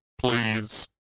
please